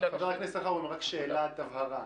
חבר הכנסת אלחרומי, רק שאלת הבהרה.